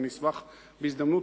אשמח בהזדמנות,